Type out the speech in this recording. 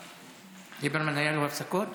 היו לו הפסקות.